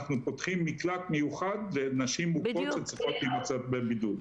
אנחנו פותחים מקלט מיוחד לנשים מוכות שצריכות להימצא בבידוד.